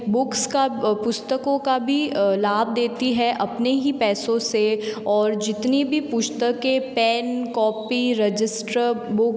books का पुस्तकों का भी लाभ देती है अपने ही पैसों से और जितनी भी पुस्तकें पेन कॉपी रजिस्ट्र बुक